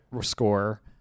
score